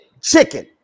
chicken